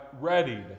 readied